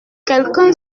quelqu’un